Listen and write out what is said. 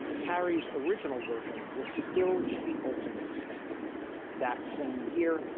carrie's original version was still the ultimate standard that same year,